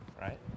right